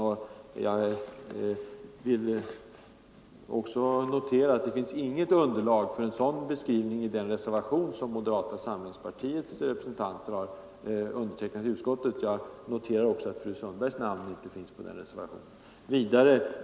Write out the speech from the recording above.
Jag noterar också att det inte finns något underlag för en sådan beskrivning i den reservation som moderata samlingspartiets representanter har avgivit i utskottet. Men fru Sundbergs namn står ju inte under den reservationen.